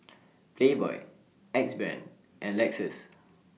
Playboy Axe Brand and Lexus